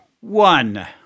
one